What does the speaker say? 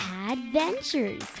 Adventures